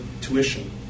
tuition